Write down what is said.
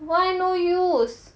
why no use